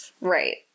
right